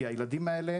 הילדים האלה,